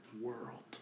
world